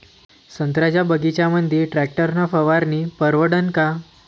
संत्र्याच्या बगीच्यामंदी टॅक्टर न फवारनी परवडन का?